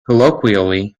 colloquially